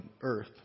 earth